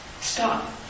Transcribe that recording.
Stop